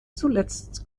zuletzt